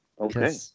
Okay